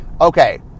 Okay